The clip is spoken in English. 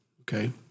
Okay